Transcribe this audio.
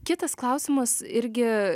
kitas klausimas irgi